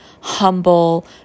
humble